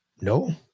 no